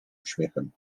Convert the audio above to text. uśmiechem